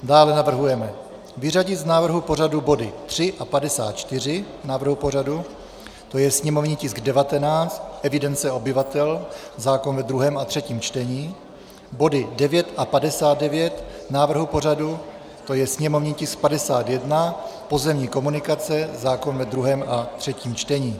Dále navrhujeme vyřadit z návrhu pořadu body 3 a 54, to je sněmovní tisk 19 evidence obyvatel, zákon ve druhém a třetím čtení, body 9 a 59 návrhu pořadu, to je sněmovní tisk 51 pozemní komunikace, zákon ve druhém a čtením čtení.